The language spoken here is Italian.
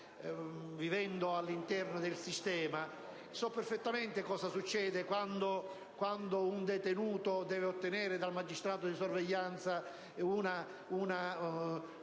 vivendo all'interno del sistema so perfettamente cosa succede quando un detenuto deve ottenere dal magistrato di sorveglianza un